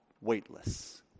weightless